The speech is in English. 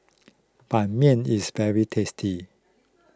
Ban Mian is very tasty